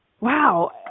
wow